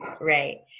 Right